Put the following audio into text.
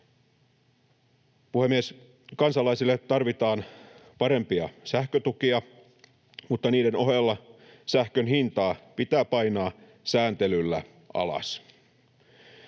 Puhemies! Kansalaisille tarvitaan parempia sähkötukia, mutta niiden ohella sähkön hintaa pitää painaa sääntelyllä alas.